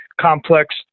complex